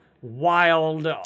wild